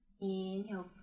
Inhale